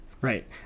right